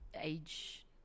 age